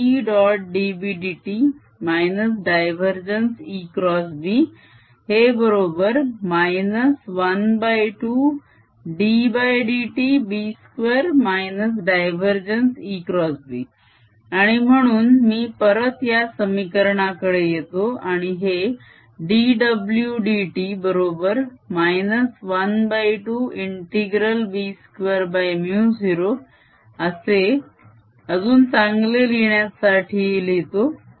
dBdt divergence ExB हे बरोबर 12ddtB2 divergence ExB आणि म्हणून मी परत या समीकरणाकडे येतो आणि हे dw dt बरोबर 12 ∫B2 μ0 असे अजून चांगले दिसण्यासाठी लिहितो